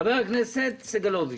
חבר הכנסת סגלוביץ'.